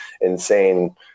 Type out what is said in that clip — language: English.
insane